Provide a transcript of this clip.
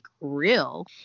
real